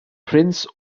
prince